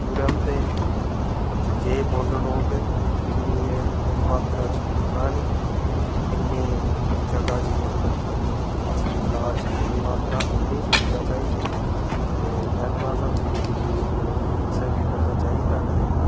पूरा उं'दे जे बोलन ओह् के किन्नी मात्रा च राह्नी किन्ने जगह् च मतलब किन्ने कनाल च किन्नी मात्रा उ'न्ना सुट्टनी चाहिदी ते मैह्कमा आह्ला असें केह् करना चाहिदा के